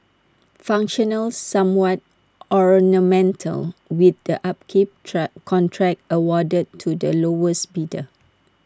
functional somewhat ornamental with the upkeep try contract awarded to the lowest bidder